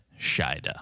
Shida